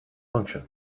function